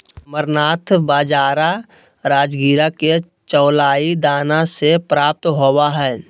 amaranth बाजरा राजगिरा के चौलाई दाना से प्राप्त होबा हइ